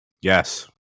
yes